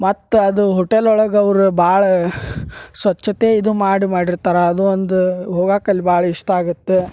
ಮತ್ತೆ ಅದು ಹೋಟೆಲ್ ಒಳಗ ಅವರ ಭಾಳ ಸ್ವಚ್ಛತೆ ಇದು ಮಾಡಿ ಮಾಡಿರ್ತಾರೆ ಅದು ಒಂದು ಹೋಗಾಕ ಅಲ್ಲಿ ಭಾಳ್ ಇಷ್ಟ ಆಗತ್ತೆ